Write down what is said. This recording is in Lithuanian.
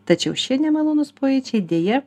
tačiau šie nemalonūs pojūčiai deja